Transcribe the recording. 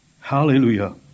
Hallelujah